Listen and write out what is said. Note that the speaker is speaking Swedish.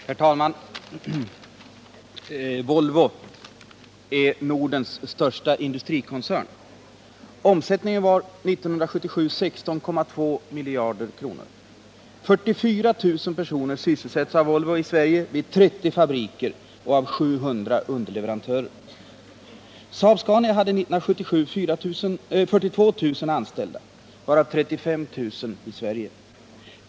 Herr talman! Volvo är Nordens största industrikoncern. Omsättningen var 1977 16,2 miljarder kronor. 44 000 personer sysselsätts av Volvo i Sverige vid 30 fabriker och hos 700 underleverantörer. Saab-Scania hade 1977 42 000 anställda, varav 35 000 i Sverige.